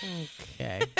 Okay